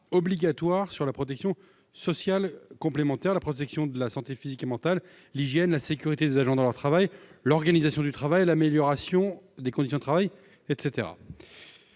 obligatoire sur la protection sociale complémentaire, la protection de la santé physique et mentale, l'hygiène, la sécurité des agents dans leur travail, l'organisation du travail et l'amélioration des conditions de travail, etc.